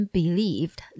believed